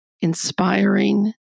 inspiring